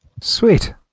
Sweet